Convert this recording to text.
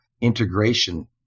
integration